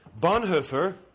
Bonhoeffer